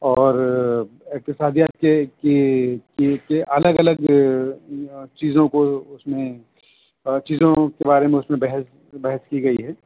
اور اقتصادیات کے کی کی کی الگ الگ چیزوں کو اس میں چیزوں کے بارے میں اس میں بحث بحث کی گئی ہے